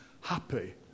happy